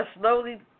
slowly